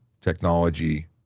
technology